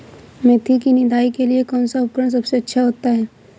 मेथी की निदाई के लिए कौन सा उपकरण सबसे अच्छा होता है?